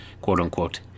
quote-unquote